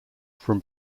from